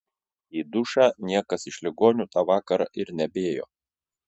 į dušą niekas iš ligonių tą vakarą ir nebeėjo